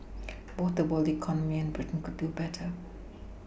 both the world economy and Britain could do better